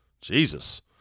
jesus